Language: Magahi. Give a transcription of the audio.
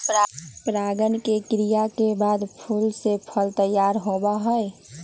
परागण के क्रिया के बाद फूल से फल तैयार होबा हई